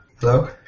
Hello